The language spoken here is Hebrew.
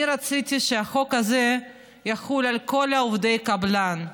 אני רציתי שהחוק הזה יחול על כל עובדי הקבלן,